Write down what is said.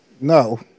No